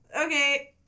okay